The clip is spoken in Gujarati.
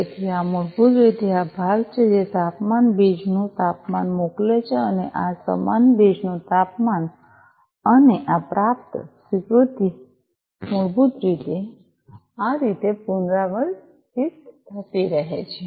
તેથી આ મૂળભૂત રીતે આ ભાગ છે જે તાપમાન ભેજનું તાપમાન મોકલે છે અને આ સમાન ભેજનું તાપમાન અને આ પ્રાપ્ત સ્વીકૃતિ મૂળભૂત રીતે આ રીતે પુનરાવર્તિત થતી રહે છે